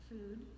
Food